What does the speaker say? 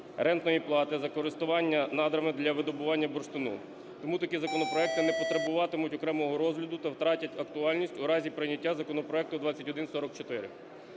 рентної плати за користування надрами для видобування бурштину. Тому такі законопроекти не потребуватимуть окремого розгляду та втратять актуальність у разі прийняття законопроекту 2144.